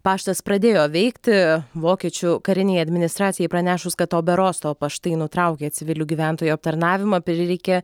paštas pradėjo veikti vokiečių karinei administracijai pranešus kad oberosto paštai nutraukė civilių gyventojų aptarnavimą prireikė